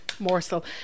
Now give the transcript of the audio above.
morsel